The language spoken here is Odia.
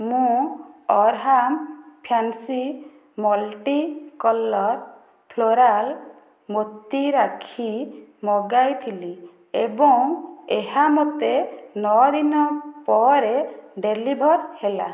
ମୁଁ Arham fancy multi colour floral ମୋତି ରାକ୍ଷୀ ମଗାଇଥିଲି ଏବଂ ଏହା ମୋତେ ନଅ ଦିନ ପରେ ଡେଲିଭର୍ ହେଲା